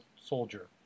Soldier